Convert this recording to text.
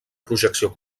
projecció